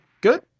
Good